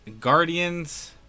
Guardians